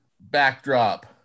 backdrop